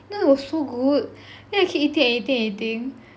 that was so good then you know I keep eating and eating and eating